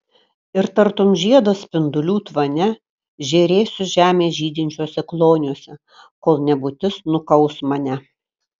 ir tartum žiedas spindulių tvane žėrėsiu žemės žydinčiuose kloniuose kol nebūtis nukaus mane